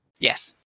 Yes